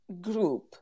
group